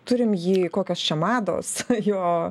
turim jį kokios čia mados jo